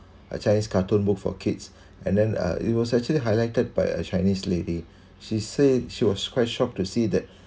a chinese cartoon book for kids and then uh it was actually highlighted by a chinese lady she said she was quite shocked to see that